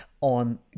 on